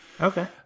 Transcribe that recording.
Okay